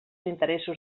interessos